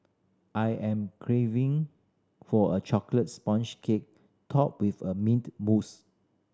I am craving for a chocolate sponge cake topped with a mint mousse